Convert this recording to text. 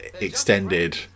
extended